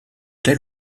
tel